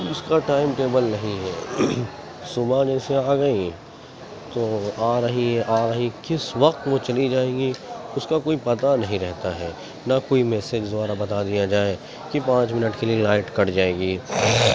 اس کا time table نہیں ہے صبح جیسے آ گئی تو آ رہی ہے آ رہی کس وقت وہ چلی جائے گی اس کا کوئی پتا نہیں رہتا ہے نہ کوئی میسیج دوارا بتا دیا جائے کہ پانچ منٹ کے لیے لائٹ کٹ جائے گی